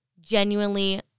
genuinely